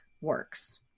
works